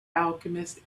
alchemist